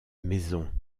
maison